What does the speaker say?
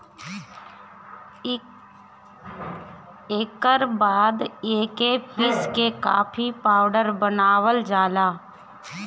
एकर बाद एके पीस के कॉफ़ी पाउडर बनावल जाला